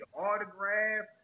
Autograph